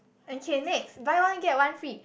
okay next buy one get one free